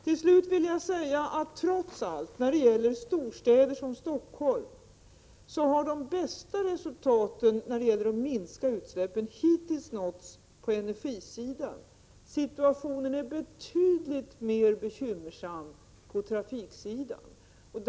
Till slut vill jag säga att när det gäller storstäder som Stockholm har de bästa resultaten när det gäller minskning av utsläppen hittills nåtts på energisidan. Situationen är betydligt mer bekymmersam vad gäller trafiken.